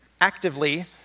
actively